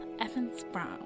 Evans-Brown